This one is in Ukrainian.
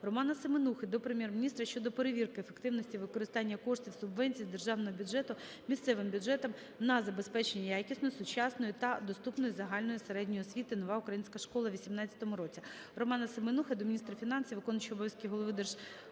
Романа Семенухи до Прем'єр-міністра щодо перевірки ефективності використання коштів субвенції з державного бюджету місцевим бюджетам на забезпечення якісної, сучасної та доступної загальної середньої освіти "Нова українська школа" у 2018 році.